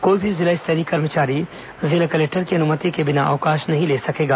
कोई भी जिला स्तरीय कर्मचारी जिला कलेक्टर की अनुमति के बिना अवकाश नहीं ले सकेगा